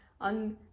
on